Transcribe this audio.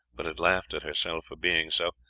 but had laughed at herself for being so,